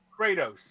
Kratos